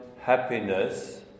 happiness